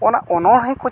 ᱚᱱᱟ ᱚᱱᱚᱲᱦᱮ ᱠᱚ ᱪᱮ